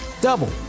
double